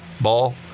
ball